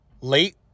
late